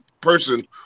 person